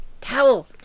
towel